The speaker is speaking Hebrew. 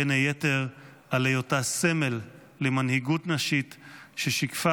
בין היתר על היותה סמל למנהיגות נשית ששיקפה